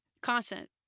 constant